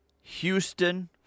Houston